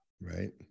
right